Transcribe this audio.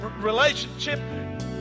relationship